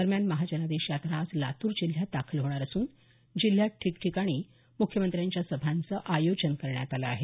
दरम्यान महाजनादेश यात्रा आज लातूर जिल्ह्यात दाखल होणार असून जिल्ह्यात ठिकठिकाणी मुख्यमंत्र्यांच्या सभांचं आयोजन करण्यात आलं आहे